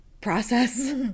process